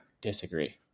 disagree